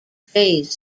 phase